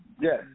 Yes